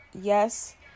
yes